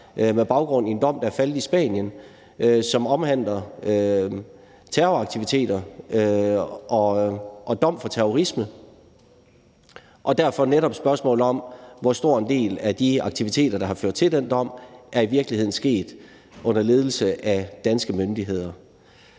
med baggrund i en dom, der er faldet i Spanien, som omhandler terroraktiviteter, og en dom for terrorisme, og derfor er der netop spørgsmålet om, hvor stor en del af de aktiviteter, som har ført til den dom, der i virkeligheden er sket under ledelse af danske myndigheder.